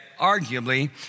arguably